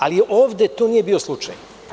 Ali, ovde to nije bio slučaj.